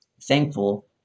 thankful